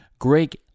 Greg